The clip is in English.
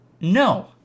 no